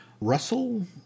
Russell